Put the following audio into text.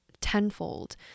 tenfold